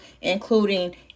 including